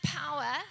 power